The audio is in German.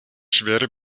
schwere